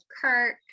kirk